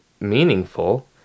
meaningful